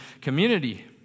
community